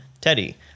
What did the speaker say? Teddy